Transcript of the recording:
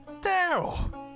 Daryl